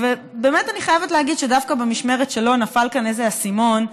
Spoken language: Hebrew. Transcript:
ובאמת אני חייבת להגיד שדווקא במשמרת שלו נפל כאן איזה אסימון,